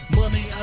money